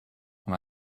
and